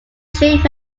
trained